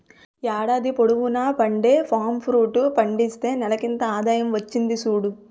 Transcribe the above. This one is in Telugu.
ఏడాది పొడువునా పండే పామ్ ఫ్రూట్ పండిస్తే నెలకింత ఆదాయం వచ్చింది సూడు